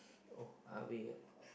oh-ah-beh